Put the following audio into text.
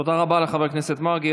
תודה רבה לחבר הכנסת מרגי.